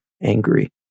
angry